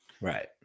Right